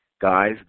guys